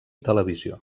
televisió